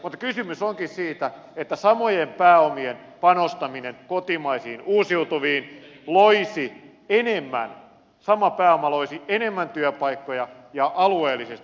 mutta kysymys onkin siitä että samojen pääomien panostaminen kotimaisiin uusiutuviin loisi enemmän sama pääoma loisi enemmän työpaikkoja alueellisesti